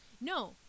No